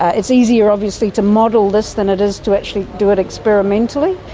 it's easier obviously to model this than it is to actually do it experimentally.